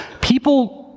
People